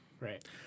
right